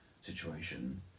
situation